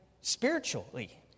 spiritually